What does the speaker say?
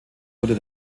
wurde